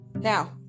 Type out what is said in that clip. Now